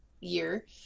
year